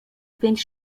pięć